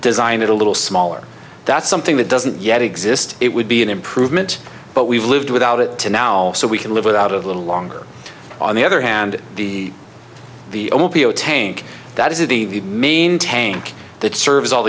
design it a little smaller that's something that doesn't yet exist it would be an improvement but we've lived without it to now so we can live without a little longer on the other hand the the tank that is the main tank that serves all